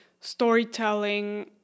storytelling